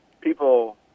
people